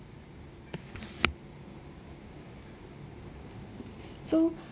so